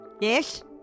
Yes